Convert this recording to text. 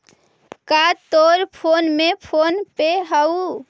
का तोर फोन में फोन पे हउ?